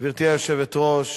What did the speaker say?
גברתי היושבת-ראש,